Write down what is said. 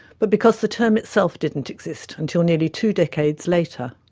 but because the term itself didn't exist until nearly two decades later.